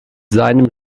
seinem